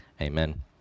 Amen